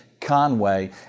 Conway